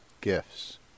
gifts